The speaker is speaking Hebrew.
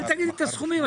אל תגיד את הסכומים,